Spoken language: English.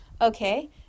okay